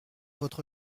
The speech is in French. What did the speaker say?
votre